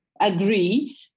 agree